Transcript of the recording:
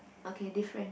okay different